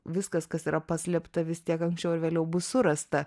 viskas kas yra paslėpta vis tiek anksčiau ar vėliau bus surasta